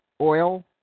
oil